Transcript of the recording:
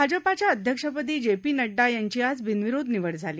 भाजपाच्या अध्यक्षपदी J P Nadda यांची आज बिनविरोध निवड झाली